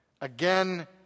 again